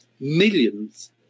millions